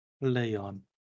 Leon